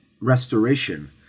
restoration